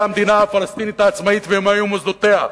המדינה הפלסטינית העצמאית ומה יהיו מוסדותיה.